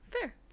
Fair